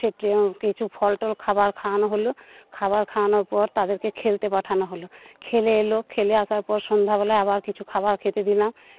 উঠে কিছু ফল টল খাবার খাওয়ানো হল খাবার খাওয়ানোর পর তাদেরকে খেলতে পাঠানো হল খেলে এলো খেলে আসার পর সন্ধ্যেবেলা আবার কিছু খাবার খেতে দিলাম